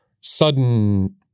sudden